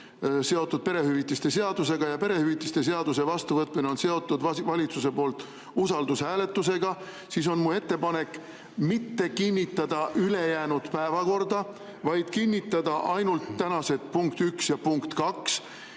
seotud perehüvitiste seadusega ja perehüvitiste seaduse vastuvõtmine on seotud valitsuse poolt usaldushääletusega, siis minu ettepanek on mitte kinnitada ülejäänud päevakorda, vaid kinnitada ainult tänased punktid 1 ja 2,